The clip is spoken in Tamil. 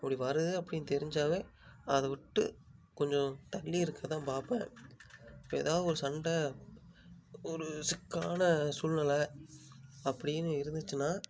அப்படி வருது அப்படினு தெரிஞ்சாவே அதை விட்டு கொஞ்சம் தள்ளி இருக்க தான் பார்ப்பேன் இப்போ ஏதாவது ஒரு சண்டை ஒரு சிக்கலான சூழ்நில அப்படினு இருந்துச்சின்னால்